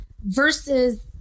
versus